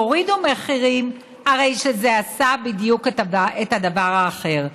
יורידו מחירים, הרי שזה עשה בדיוק את הדבר האחר.